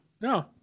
No